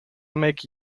make